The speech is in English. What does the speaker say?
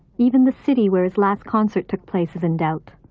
even the city where his last concert took place is in doubt.